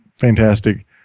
fantastic